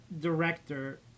director